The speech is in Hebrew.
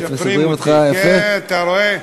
אתה רואה?